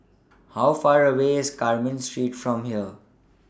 How Far away IS Carmen Street from here